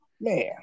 Man